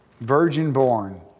virgin-born